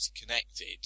connected